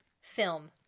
film